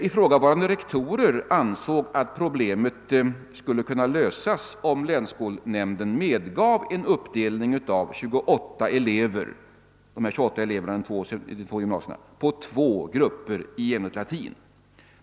Ifrågavarande rektorer ansåg att problemet skulle kunna lösas, om länsskolnämnden medgav en uppdelning av de 28 eleverna i de två gymnasierna på två grupper i ämnet latin.